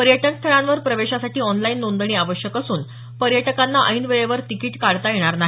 पर्यटनस्थळांवर प्रवेशासाठी ऑनलाईन नोंदणी आवश्यक असून पर्यटकांना ऐन वेळेवर तिकिट काढता येणार नाही